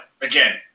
again